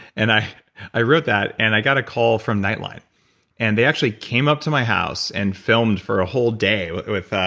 and i i wrote that and i got a call from nightline and they actually came up to my house and filmed for a whole day but with